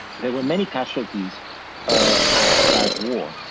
there were many casualties ah of that war,